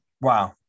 Wow